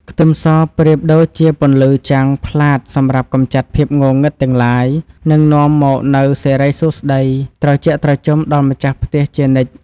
ខ្ទឹមសប្រៀបដូចជាពន្លឺចាំងផ្លាតសម្រាប់កម្ចាត់ភាពងងឹតទាំងឡាយ និង នាំមកនូវសិរីសួស្តីត្រជាក់ត្រជុំដល់ម្ចាស់ផ្ទះជានិច្ច។